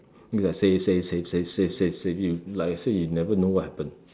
you gonna save save save save save save save you like I say you never know what happen